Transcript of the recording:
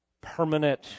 permanent